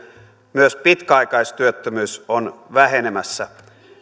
myös pitkäaikaistyöttömyys on vähenemässä